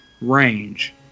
range